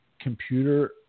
computer